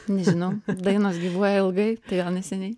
nežinau dainos gyvuoja ilgai tai gal neseniai